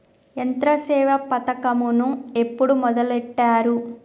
యంత్రసేవ పథకమును ఎప్పుడు మొదలెట్టారు?